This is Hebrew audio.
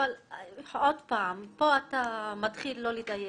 עוד פעם, פה אתה מתחיל לא לדייק.